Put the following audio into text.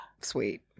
sweet